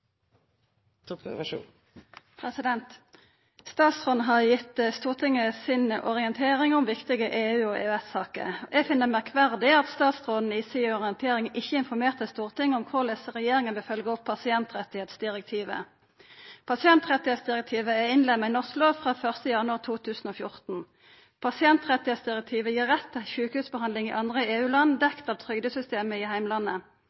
Statsråden har gitt Stortinget si orientering om viktige EU- og EØS-saker. Eg finn det merkverdig at statsråden i si orientering ikkje informerte Stortinget om korleis regjeringa vil følga opp pasientrettsdirektivet. Pasientrettsdirektivet er innlemma i norsk lov frå 1. januar 2014. Pasientrettsdirektivet gir rett til sjukehusbehandling i andre EU-land dekt av trygdesystemet i heimlandet.